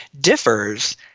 differs